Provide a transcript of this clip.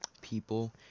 People